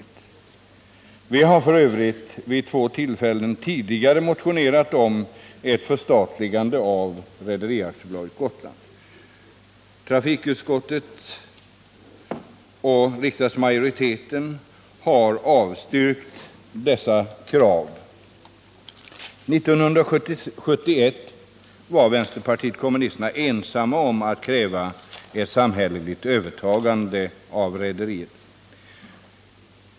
Vårt parti har för övrigt vid två tillfällen tidigare motionerat om ett förstatligande av Rederi AB Gotland. Trafikutskottet och sedan riksdagsmajoriteten har avstyrkt detta krav. År 1971 var vänsterpartiet kommunisterna ensamt om att kräva ett samhälleligt övertagande av rederiet.